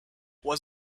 was